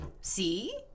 See